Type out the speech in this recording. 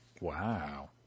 Wow